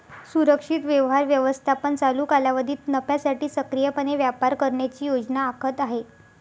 सुरक्षित व्यवहार व्यवस्थापन चालू कालावधीत नफ्यासाठी सक्रियपणे व्यापार करण्याची योजना आखत आहे